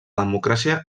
democràcia